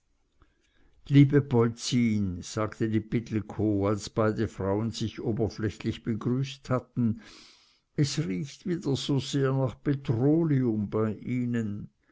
liebe polzin sagte die pittelkow als beide frauen sich oberflächlich begrüßt hatten es riecht wieder so sehr nach petroleum bei ihnen